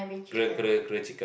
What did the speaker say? grill grill grill chicken